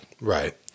Right